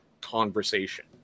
conversation